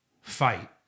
fight